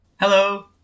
Hello